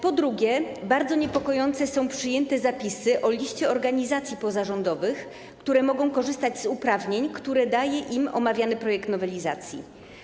Po drugie, bardzo niepokojące są przyjęte zapisy o liście organizacji pozarządowych, które mogą korzystać z uprawnień, które daje im omawiany projekt nowelizacji.